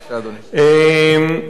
בבקשה, אדוני.